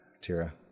Tira